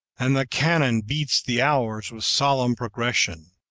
and the cannon beats the hours with solemn progression.